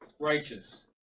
Righteous